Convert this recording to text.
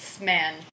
man